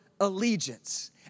allegiance